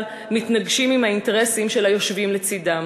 מתנגשים עם האינטרסים של היושבים לצדם.